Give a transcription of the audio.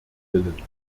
willen